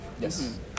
Yes